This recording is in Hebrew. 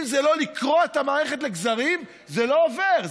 אם זה לא לקרוע את המערכת לגזרים זה לא עובר,